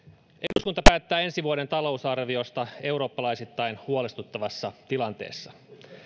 eduskunta päättää ensi vuoden talousarviosta eurooppalaisittain huolestuttavassa tilanteessa